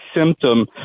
symptom